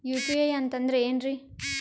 UPI ಅಂತಂದ್ರೆ ಏನ್ರೀ?